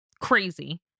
Crazy